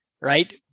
right